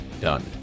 done